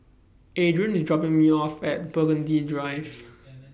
Adrain IS dropping Me off At Burgundy Drive